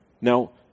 Now